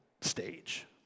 stage